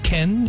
Ken